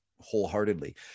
wholeheartedly